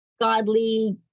godly